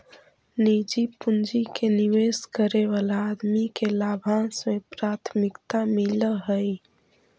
निजी पूंजी के निवेश करे वाला आदमी के लाभांश में प्राथमिकता मिलऽ हई